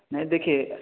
नहीं देखिए